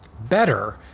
better